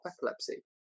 epilepsy